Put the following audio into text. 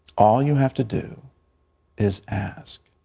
all you have to do is ask.